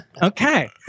Okay